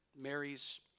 Mary's